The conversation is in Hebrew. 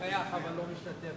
אינו משתתף